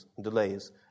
delays